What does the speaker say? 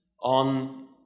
on